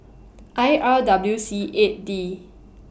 I R W C eight D